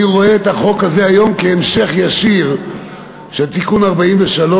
אני רואה את החוק הזה היום כהמשך ישיר של תיקון 43,